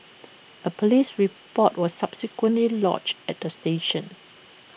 A Police report was subsequently lodged at the station